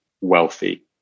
wealthy